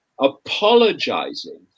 apologizing